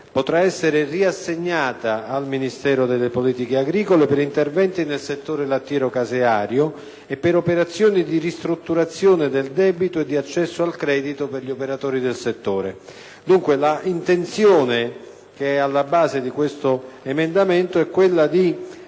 potrà essere riassegnata al Ministero delle politiche agricole per interventi nel settore lattiero-caseario e per operazioni di ristrutturazione del debito e di accesso al credito per gli operatori del settore. Dunque, l'intenzione che è alla base di questo emendamento è quella di